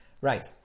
Right